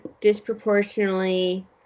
disproportionately